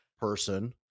person